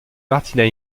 martina